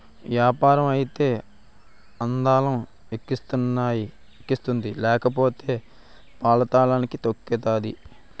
యాపారం అయితే అందలం ఎక్కిస్తుంది లేకపోతే పాతళానికి తొక్కేతాది